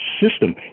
system